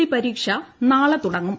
C പരീക്ഷ നാളെ തുടങ്ങും